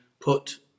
put